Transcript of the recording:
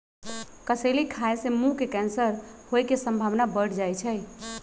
कसेली खाय से मुंह के कैंसर होय के संभावना बढ़ जाइ छइ